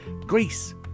Greece